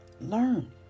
learn